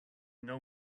know